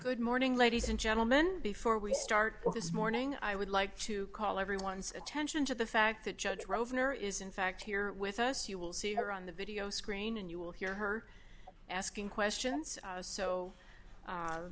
good morning ladies and gentlemen before we start this morning i would like to call everyone's attention to the fact that judge over there is in fact here with us you will see her on the video screen and you will hear her asking questions